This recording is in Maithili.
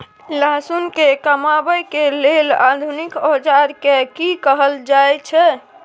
लहसुन के कमाबै के लेल आधुनिक औजार के कि कहल जाय छै?